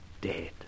Dead